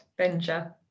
Benja